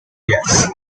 yes